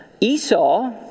Esau